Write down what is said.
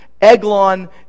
Eglon